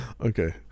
okay